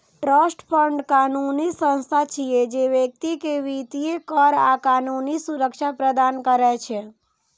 trust fund कानूनी संस्था छियै, जे व्यक्ति कें वित्तीय, कर आ कानूनी सुरक्षा प्रदान करै छै